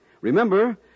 Remember